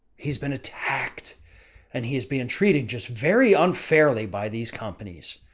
he's been attacked and he is being treated just very unfairly by these companies.